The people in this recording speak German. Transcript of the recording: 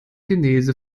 genese